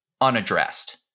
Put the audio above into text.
unaddressed